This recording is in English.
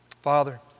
Father